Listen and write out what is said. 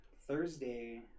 Thursday